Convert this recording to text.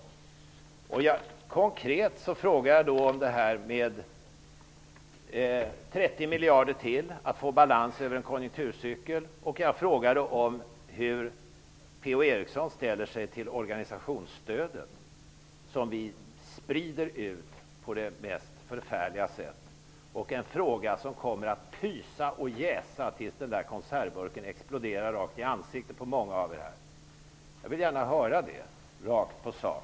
Vad jag konkret frågade om var detta med 30 miljarder ytterligare för att få balans över en konjunkturcykel, och jag frågade hur P-O Eriksson ställer sig till organisationsstödet som sprids ut på det mest förfärliga sätt. Det är en fråga som kommer att pysa och jäsa tills konservburken exploderar rakt i ansiktet på många av er här. Jag vill gärna ha ett svar rakt på sak.